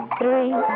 three